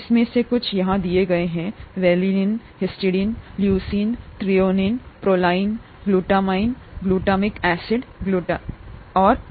इनमें से कुछ यहाँ दिए गए हैं valine histidine leucine threonine proline glutamine glutamic acid glutamic acid